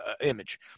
image